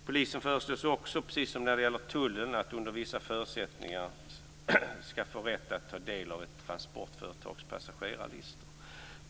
Polisen föreslås också precis som när det gäller tullen att under vissa förutsättningar få rätt att ta del av ett transportföretags passagerarlistor.